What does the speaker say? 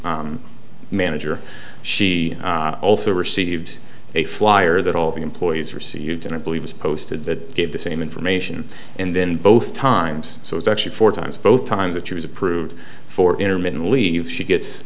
your manager she also received a flyer that all the employees received and i believe was posted that gave the same information and then both times so it's actually four times both times that she was approved for intermittent leave she gets